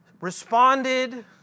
responded